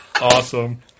Awesome